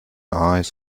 eyes